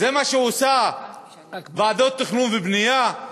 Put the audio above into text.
זה מה שעושות ועדות תכנון ובנייה?